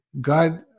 God